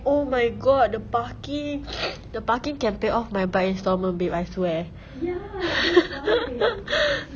oh my god the parking the parking can pay off my bike instalment babe I swear